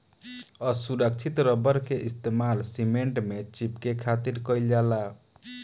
असुरक्षित रबड़ के इस्तेमाल सीमेंट में चिपके खातिर कईल जाला